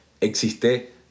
existe